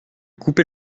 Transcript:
couper